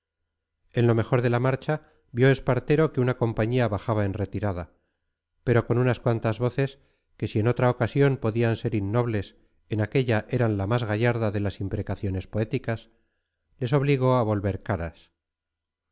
en lo mejor de la marcha vio espartero que una compañía bajaba en retirada pero con unas cuantas voces que si en otra ocasión podían ser innobles en aquella eran la más gallarda de las imprecaciones poéticas les obligó a volver caras